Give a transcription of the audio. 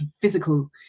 physical